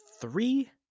Three